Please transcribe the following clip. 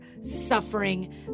suffering